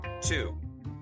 Two